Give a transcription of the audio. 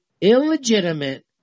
illegitimate